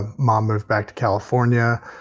ah mom moved back to california.